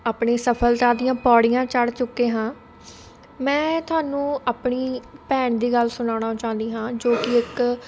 ਆਪਣੀ ਸਫਲਤਾ ਦੀਆਂ ਪੌੜੀਆਂ ਚੜ੍ਹ ਚੁੱਕੇ ਹਾਂ ਮੈਂ ਤੁਹਾਨੂੰ ਆਪਣੀ ਭੈਣ ਦੀ ਗੱਲ ਸੁਣਾਉਣਾ ਚਾਹੁੰਦੀ ਹਾਂ ਜੋ ਕਿ ਇੱਕ